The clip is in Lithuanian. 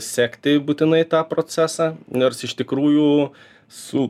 sekti būtinai tą procesą nors iš tikrųjų su